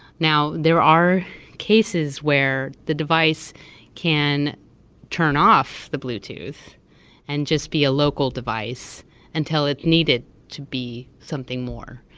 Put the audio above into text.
now, there are cases where the device can turn off the bluetooth and just be a local device until it's needed to be something more,